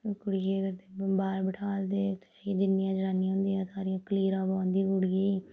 कुड़ी गी केह् करदे बाह्र बठाह्ल दे ते जिन्नियां जनानियां होंदियां सारियां कलीरा पांदियां कुड़ियै गी